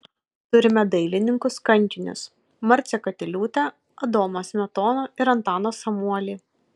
turime dailininkus kankinius marcę katiliūtę adomą smetoną ir antaną samuolį